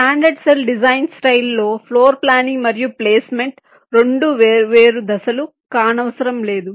standard cell design style లో floor planning మరియు placement 2 వేర్వేరు దశలు కానవసరం లేదు